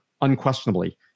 unquestionably